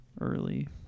early